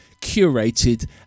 curated